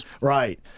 Right